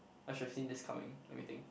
I should have seen this coming let me think